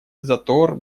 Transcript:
затор